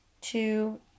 two